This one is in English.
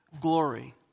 glory